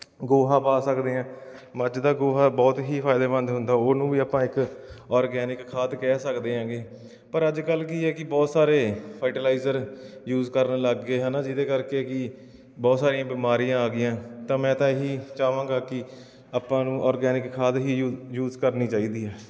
ਗੋਹਾ ਪਾ ਸਕਦੇ ਹਾਂ ਮੱਝ ਦਾ ਗੋਹਾ ਬਹੁਤ ਹੀ ਫਾਇਦੇਮੰਦ ਹੁੰਦਾ ਉਹਨੂੰ ਵੀ ਆਪਾਂ ਇੱਕ ਔਰਗੈਨਿਕ ਖਾਦ ਕਹਿ ਸਕਦੇ ਐਗੇ ਪਰ ਅੱਜ ਕੱਲ੍ਹ ਕੀ ਹੈ ਕਿ ਬਹੁਤ ਸਾਰੇ ਫਾਈਟਲਾਈਜਰ ਯੂਜ ਕਰਨ ਲੱਗ ਗਏ ਹੈ ਨਾ ਜਿਹਦੇ ਕਰਕੇ ਕਿ ਬਹੁਤ ਸਾਰੀਆਂ ਬਿਮਾਰੀਆਂ ਆ ਗਈਆਂ ਤਾਂ ਮੈਂ ਤਾਂ ਇਹੀ ਚਾਹਵਾਂਗਾ ਕਿ ਆਪਾਂ ਨੂੰ ਔਰਗੈਨਿਕ ਖਾਦ ਹੀ ਯੂ ਯੂਜ ਕਰਨੀ ਚਾਹੀਦੀ ਹੈ